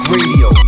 Radio